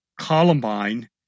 Columbine